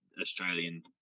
Australian